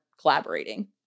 collaborating